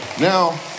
Now